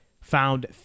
found